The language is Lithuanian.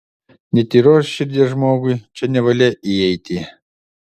netyros širdies žmogui čia nevalia įeiti